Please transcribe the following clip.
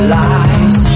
lies